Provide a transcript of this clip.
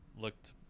looked